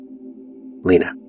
Lena